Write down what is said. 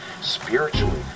spiritually